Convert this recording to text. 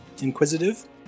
inquisitive